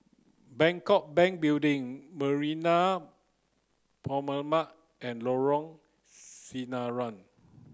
Bangkok Bank Building Marina Promenade and Lorong Sinaran